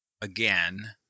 again